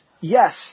yes